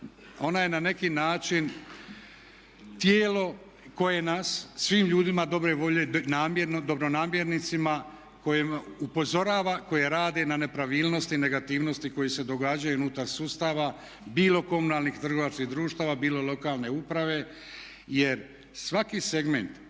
ona je na neki način tijelo koje nas, svim ljudima dobre volje namjerno, dobronamjernicama koje upozorava, koji rade na nepravilnosti i negativnosti, koje se događaju unutar sustava, bilo komunalnih trgovačkih društava, bilo lokalne uprave. Jer svaki segment